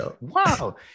wow